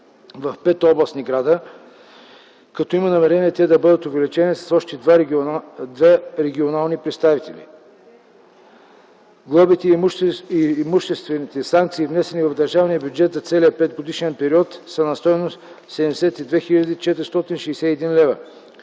в пет областни града, като има намерение те да бъдат увеличени с още двама регионални представители. Глобите и имуществените санкции, внесени в държавния бюджет за целия петгодишен период, са на стойност 72 461 лв.